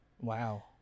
Wow